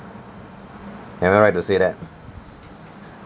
am I right to say that